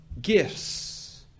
gifts